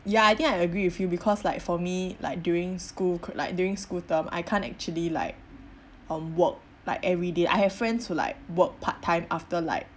ya I think I agree with you because like for me like during school cr~ like during school term I can't actually like um work like every day I have friends who like work part time after like